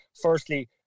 Firstly